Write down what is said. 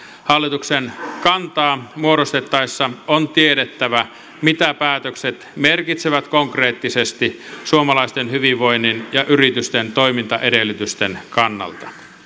hallituksen kantaa muodostettaessa on tiedettävä mitä päätökset merkitsevät konkreettisesti suomalaisten hyvinvoinnin ja yritysten toimintaedellytysten kannalta